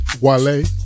Wale